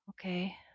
okay